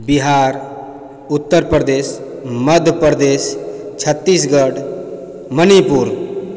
Bihar Uttar Pradesh Madhya Pradesh Chhattisgarh Manipur